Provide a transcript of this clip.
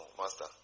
Master